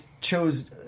chose